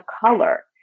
color